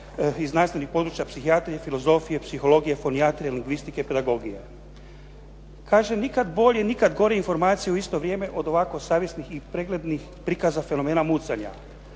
i znanstvenih područja psihijatrije, filozofije, psihologije, fonijatrije, lingvistike, pedagodije. Kažem nikada bolje i nikada gore informacije u isto vrijeme od ovako savjesnih i preglednih prikaza fenomena mucanja.